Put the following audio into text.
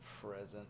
present